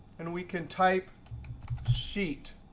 and we can type sheet,